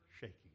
shaking